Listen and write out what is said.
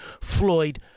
Floyd